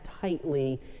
tightly